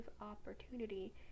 opportunity